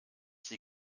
sie